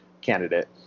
candidate